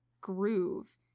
groove